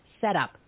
setup